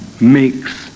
Makes